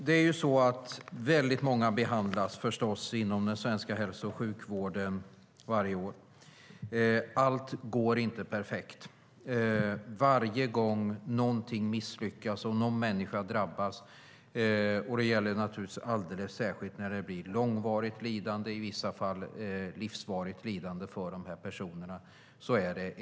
Herr talman! Väldigt många personer behandlas inom den svenska hälso och sjukvården varje år, och allt går inte perfekt. Varje gång någonting misslyckas och någon människa drabbas är det enastående dystert. Det gäller naturligtvis alldeles särskilt när det blir långvarigt, i vissa fall livsvarigt lidande för de här personerna.